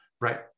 Right